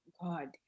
god